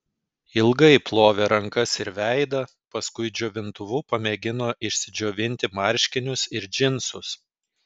ilgai plovė rankas ir veidą paskui džiovintuvu pamėgino išsidžiovinti marškinius ir džinsus